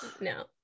no